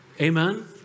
Amen